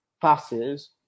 passes